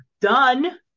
Done